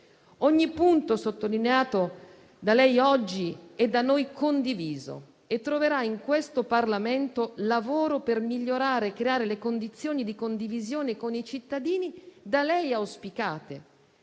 Ogni punto sottolineato da lei oggi è da noi condiviso e troverà in questo Parlamento lavoro per migliorare e creare le condizioni di condivisione con i cittadini da lei auspicate.